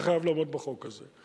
אתה חייב לעמוד בחוק הזה.